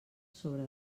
sobre